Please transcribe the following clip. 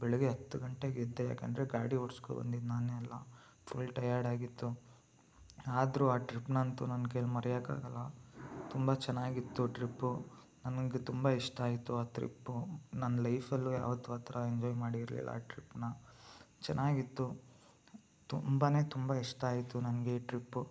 ಬೆಳಗ್ಗೆ ಹತ್ತು ಗಂಟೆಗೆ ಎದ್ದೆ ಯಾಕೆಂದ್ರೆ ಗಾಡಿ ಓಡಿಸ್ಕೊ ಬಂದಿದ್ದು ನಾನೇ ಅಲ್ಲ ಫುಲ್ ಟಯರ್ಡಾಗಿತ್ತು ಆದರೂ ಆ ಟ್ರಿಪ್ನಂತೂ ನನ್ನ ಕೈಯಲ್ಲಿ ಮರಿಯೋಕ್ಕಾಗಲ್ಲ ತುಂಬ ಚೆನ್ನಾಗಿತ್ತು ಟ್ರಿಪ್ಪು ನನಗೆ ತುಂಬ ಇಷ್ಟ ಆಯ್ತು ಆ ತ್ರಿಪ್ಪು ನನ್ನ ಲೈಫಲ್ಲೂ ಯಾವತ್ತೂ ಆ ಥರ ಎಂಜಾಯ್ ಮಾಡಿರಲಿಲ್ಲ ಟ್ರಿಪ್ನ ಚೆನ್ನಾಗಿತ್ತು ತುಂಬನೇ ತುಂಬ ಇಷ್ಟ ಆಯ್ತು ನನಗೆ ಈ ಟ್ರಿಪ್ಪು